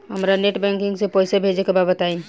हमरा net banking से पईसा भेजे के बा बताई?